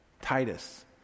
Titus